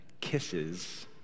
kisses